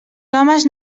homes